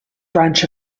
branch